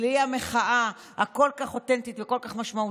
בלי מחאה כל כך אותנטית וכל כך משמעותית,